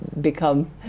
become